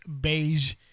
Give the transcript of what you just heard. beige